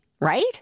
right